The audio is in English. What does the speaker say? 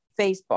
Facebook